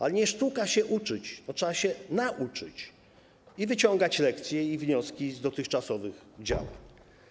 A nie sztuka się uczyć, trzeba się nauczyć i wyciągać lekcje i wnioski z dotychczasowych działań.